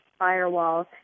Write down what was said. firewalls